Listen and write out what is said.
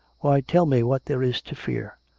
why, tell me what there is to fear?